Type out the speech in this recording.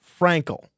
Frankel